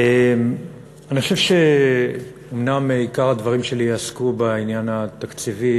אני חושב שאומנם עיקר הדברים שלי יעסקו בעניין התקציבי,